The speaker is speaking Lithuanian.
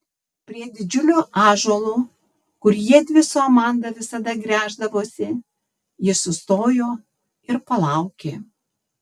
prie didžiulio ąžuolo kur jiedvi su amanda visada gręždavosi ji sustojo ir palaukė